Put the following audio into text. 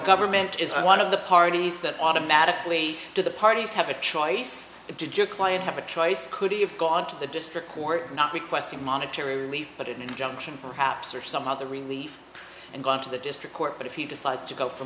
government is one of the parties that automatically to the parties have a choice did your client have a choice could he have gone to the district court or not requesting monetary relief but an injunction perhaps or somehow the relief and gone to the district court but if he decides to go for